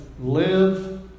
live